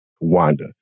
Wanda